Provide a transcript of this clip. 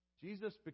Jesus